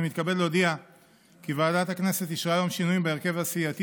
אני מתכבד להודיע כי ועדת הכנסת אישרה היום שינויים בהרכב הסיעתי